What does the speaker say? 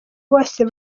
bose